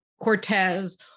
Cortez